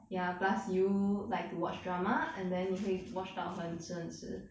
ya plus you like to watch drama and then 你会 watch 到很迟很迟